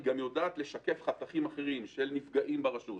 היא גם יודעת לשקף חתכים אחרים, של נפגעים ברשות,